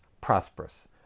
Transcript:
prosperous